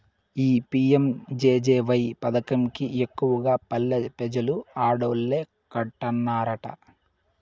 ఈ పి.యం.జె.జె.వై పదకం కి ఎక్కువగా పల్లె పెజలు ఆడోల్లే కట్టన్నారట